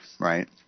right